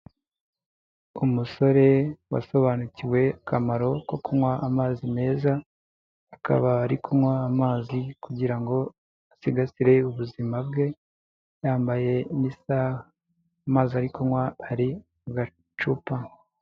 Umusore wasobanukiwe akamaro ko kunywa amazi meza, akaba ari kunywa amazi kugira ngo asigasire ubuzima bwe, yambaye n'isaha, amazi ari kunywa ari mu gacupa.